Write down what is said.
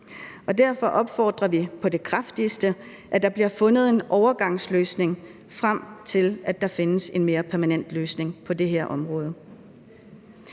derfor opfordrer vi på det kraftigste til, at der bliver fundet en overgangsløsning, frem til at der findes en mere permanent løsning på det her det område.